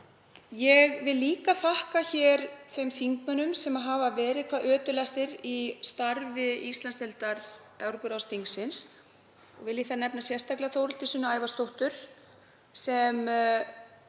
Ég vil líka þakka hér þeim þingmönnum sem hafa verið hvað ötulastir í starfi Íslandsdeildar Evrópuráðsþingsins. Vil ég þar nefna sérstaklega Þórhildi Sunnu Ævarsdóttur sem